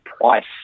price